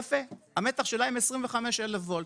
יפה, המתח שלהם 25,000 ולט.